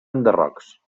enderrocs